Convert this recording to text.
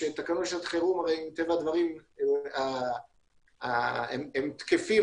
שתקנות לשעת חירום מטבע הדברים הם תקפים